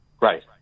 Right